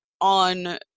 on